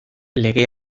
lege